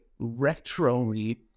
retroly